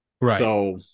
Right